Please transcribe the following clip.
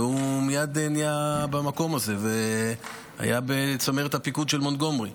והוא מייד נהיה במקום הזה והיה בצמרת הפיקוד של מונטגומרי.